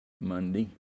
Monday